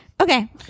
okay